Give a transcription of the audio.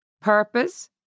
purpose